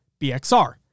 BXR